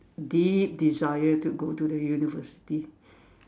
deep desire to go to the university